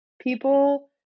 people